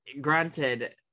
granted